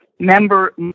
Member